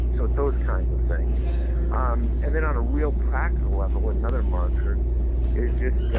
and so those kinds of things um and then, on a real practical level, another marker is just